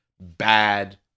Bad